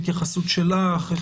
התייחסות שלך.